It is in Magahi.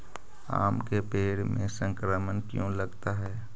आम के पेड़ में संक्रमण क्यों लगता है?